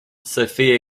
sofia